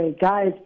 guys